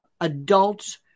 adults